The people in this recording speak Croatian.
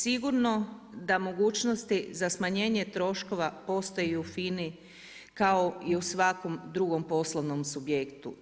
Sigurno da mogućnosti za smanjenje troškova postoji u FINA-i kao i u svakom drugom poslovnom subjektu.